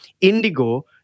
Indigo